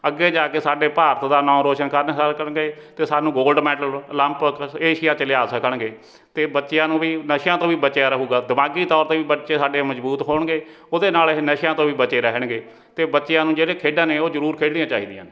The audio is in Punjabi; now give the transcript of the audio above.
ਅੱਗੇ ਜਾ ਕੇ ਸਾਡੇ ਭਾਰਤ ਦਾ ਨਾਂ ਰੌਸ਼ਨ ਕਰ ਸਕਣਗੇ ਅਤੇ ਸਾਨੂੰ ਗੋਲਡ ਮੈਡਲ ਓਲੰਪਿਕ ਏਸ਼ੀਆ 'ਚ ਲਿਆ ਸਕਣਗੇ ਅਤੇ ਬੱਚਿਆਂ ਨੂੰ ਵੀ ਨਸ਼ਿਆਂ ਤੋਂ ਵੀ ਬਚਿਆ ਰਹੇਗਾ ਦਿਮਾਗੀ ਤੌਰ 'ਤੇ ਵੀ ਬੱਚੇ ਸਾਡੇ ਮਜ਼ਬੂਤ ਹੋਣਗੇ ਉਹਦੇ ਨਾਲ ਇਹ ਨਸ਼ਿਆਂ ਤੋਂ ਵੀ ਬਚੇ ਰਹਿਣਗੇ ਅਤੇ ਬੱਚਿਆਂ ਨੂੰ ਜਿਹੜੇ ਖੇਡਾਂ ਨੇ ਉਹ ਜ਼ਰੂਰ ਖੇਡਣੀਆਂ ਚਾਹੀਦੀਆਂ